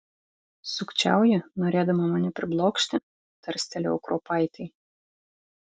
sukčiauji norėdama mane priblokšti tarstelėjau kruopaitei